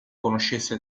conoscesse